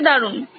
এটা দারুণ